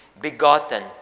begotten